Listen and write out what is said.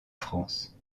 france